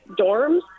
dorms